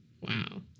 wow